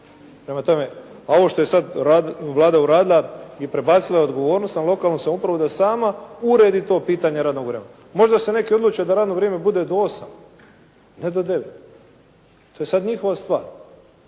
A ovo što je sada Vlada uradila i prebacila odgovornost na lokalnu samoupravu da sama uredi to pitanje radnog vremena. Možda se neki odluče da radno vrijeme bude do 8, ne do 9. To je sada njihova stvar.